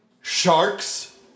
Sharks